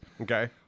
Okay